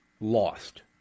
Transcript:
lost